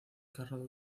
carro